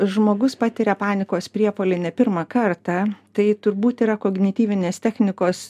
žmogus patiria panikos priepuolį ne pirmą kartą tai turbūt yra kognityvinės technikos